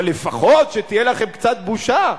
אבל לפחות שתהיה לכם קצת בושה,